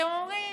אתם אומרים: